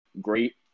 great –